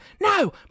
No